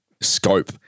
scope